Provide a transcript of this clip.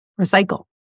recycle